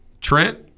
Trent